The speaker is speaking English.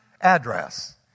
address